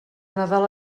nadal